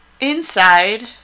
inside